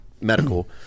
Medical